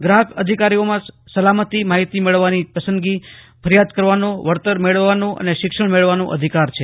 ગ્રાહક અધિકારોમાં સલામતી માહિતી મેળવવાનો પસંદગી ફરિયાદ કરવાનો વળતર મેળવવાનો અને શિક્ષણ મેળવવાનો અધિકાર છે